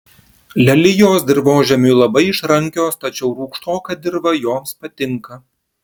lelijos dirvožemiui labai išrankios tačiau rūgštoka dirva joms patinka